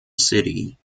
city